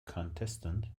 contestant